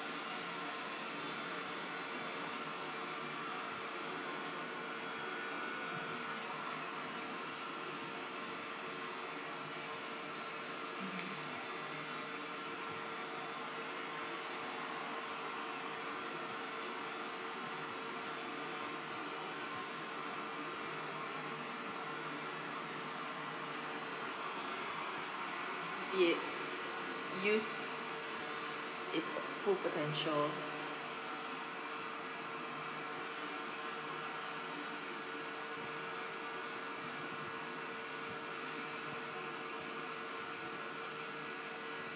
ya use its uh full potential